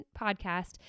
podcast